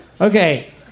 Okay